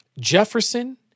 Jefferson